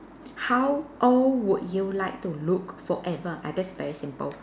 how old would you like to look forever ah that's very simple